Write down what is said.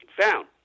found